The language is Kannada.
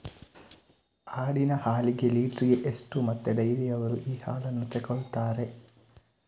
ಆಡಿನ ಹಾಲಿಗೆ ಲೀಟ್ರಿಗೆ ಎಷ್ಟು ಮತ್ತೆ ಡೈರಿಯವ್ರರು ಈ ಹಾಲನ್ನ ತೆಕೊಳ್ತಾರೆ?